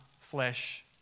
flesh